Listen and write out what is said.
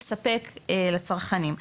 לספק לצרכנים.